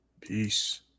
Peace